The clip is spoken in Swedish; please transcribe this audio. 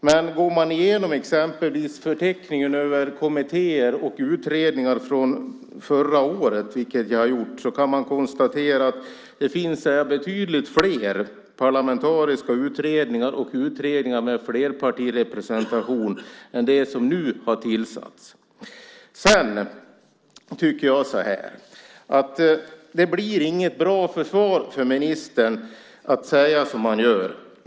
Om man går igenom exempelvis förteckningen över kommittéer och utredningar från förra året, vilket jag har gjort, kan man konstatera att det där finns betydligt fler parlamentariska utredningar och utredningar med flerpartirepresentation än vad som har tillsatts nu. Det blir inget bra försvar för ministern när han säger som han gör.